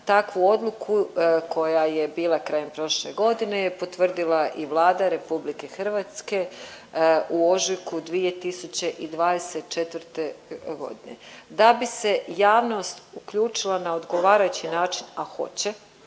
Takvu odluku koja je bila krajem prošle godine je potvrdila i Vlada RH u ožujku 2024. godine. Da bi se javnost uključila na odgovarajući način, a hoće